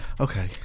Okay